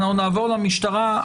אנחנו נעבור למשטרה.